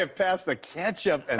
ah past the ketchup and